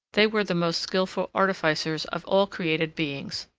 they were the most skilful artificers of all created beings,